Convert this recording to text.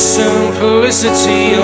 simplicity